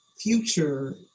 future